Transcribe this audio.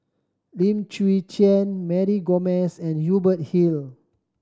Lim Chwee Chian Mary Gomes and Hubert Hill